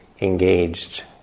engaged